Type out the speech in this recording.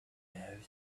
have